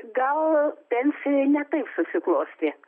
gal pensijoj ne taip susiklostė